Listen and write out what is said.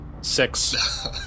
Six